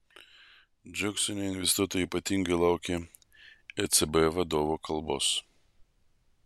džeksone investuotojai ypatingai laukė ecb vadovo kalbos